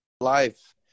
life